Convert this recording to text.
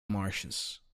marshes